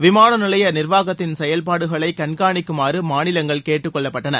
விமான நிலைய நிர்வாகத்தின் செயல்பாடுகளை கண்காணிக்குமாறு மாநிலங்கள் கேட்டுக்கொள்ளப்பட்டன